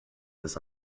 this